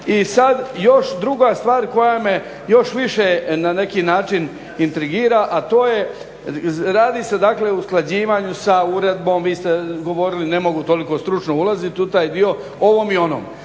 I sada, još druga stvar koja me još više na neki način intrigira a to je, radi se dakle o usklađivanju sa uredbom, vi ste govorili, ne mogu toliko stručno ulaziti u taj dio, ovom i onom.